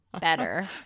better